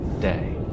day